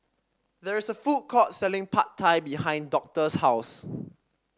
there is a food court selling Pad Thai behind Doctor's house